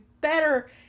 better